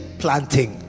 planting